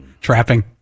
trapping